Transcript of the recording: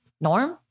norm